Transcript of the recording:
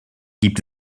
gibt